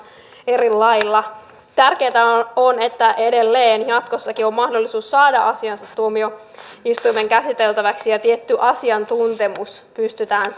eri lailla tärkeätä on että edelleen jatkossakin on mahdollisuus saada asiansa tuomioistuimen käsiteltäväksi ja tietty asiantuntemus pystytään